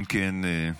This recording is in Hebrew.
אם כן,